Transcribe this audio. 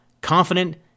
confident